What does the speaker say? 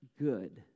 good